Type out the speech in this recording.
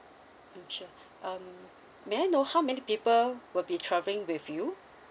mm sure um may I know how many people will be travelling with you